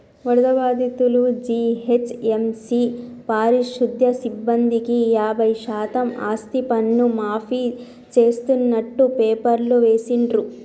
వరద బాధితులు, జీహెచ్ఎంసీ పారిశుధ్య సిబ్బందికి యాభై శాతం ఆస్తిపన్ను మాఫీ చేస్తున్నట్టు పేపర్లో వేసిండ్రు